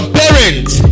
parents